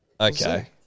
Okay